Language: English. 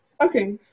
Okay